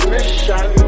Mission